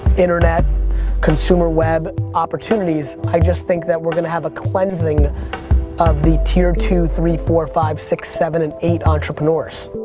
consumer web opportunities i just think that we're going to have a cleansing of the tier two, three, four, five, six, seven and eight entrepreneurs.